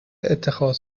اتخاذ